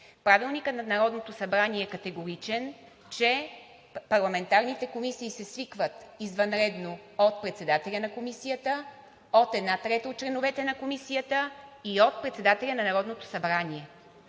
Правилникът на Народното събрание е категоричен, че парламентарните комисии се свикват извънредно от председателя на Комисията, от една трета от членовете на Комисията и от председателя на Народното събрание.